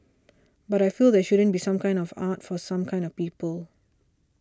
but I feel there shouldn't be some kinds of arts for some kinds of people